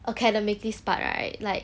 academically smart right like